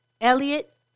Elliot